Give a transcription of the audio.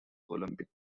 olympic